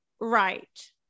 Right